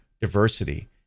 diversity